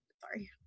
Sorry